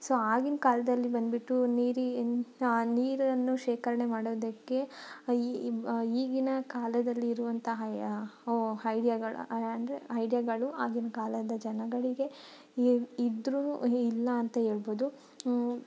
so ಆಗಿನ ಕಾಲದಲ್ಲಿ ಬಂದುಬಿಟ್ಟು ನೀರೀ ನೀರನ್ನು ಶೇಖರಣೆ ಮಾಡೋದಕ್ಕೆ ಈ ಈಗಿನ ಕಾಲದಲ್ಲಿರುವಂತಹ ಹೊ ಹೈಡಿಯಾಗಳು ಅಂದರೆ ಐಡಿಯಾಗಳು ಆಗಿನ ಕಾಲದ ಜನಗಳಿಗೆ ಇರ್ ಇದ್ದರೂ ಇಲ್ಲ ಅಂತ ಹೇಳ್ಬೊದು